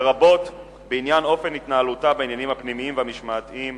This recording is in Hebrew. לרבות בעניין אופן התנהלותה בעניינים הפנימיים והמשמעתיים